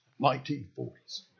1940s